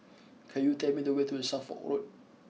could you tell me the way to Suffolk Road